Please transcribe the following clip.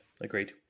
agreed